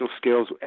skills